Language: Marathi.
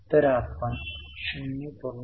तर आपण 0